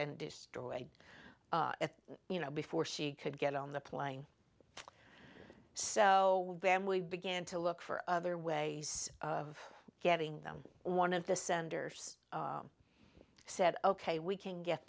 and destroyed you know before she could get on the plane so bam we began to look for other ways of getting them one of the senders said ok we can get